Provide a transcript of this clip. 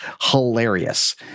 hilarious